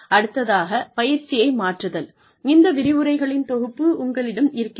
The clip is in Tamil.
அடுத்ததாக பயிற்சியை மாற்றுதல் இந்த விரிவுரைகளின் தொகுப்பு உங்களிடம் இருக்கிறது